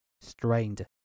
strained